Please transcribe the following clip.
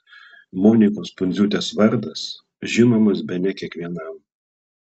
monikos pundziūtės vardas žinomas bene kiekvienam